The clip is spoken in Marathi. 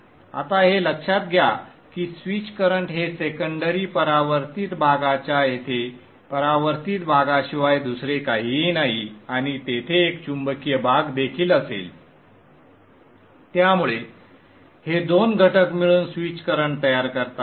आता हे लक्ष्यात घ्या की स्विच करंट हे सेकंडरी परावर्तित भागाच्या येथे परावर्तित भागाशिवाय दुसरे काहीही नाही आणि तेथे एक चुंबकीय भाग देखील असेल त्यामुळे हे दोन घटक मिळून स्विच करंट तयार करतात